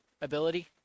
ability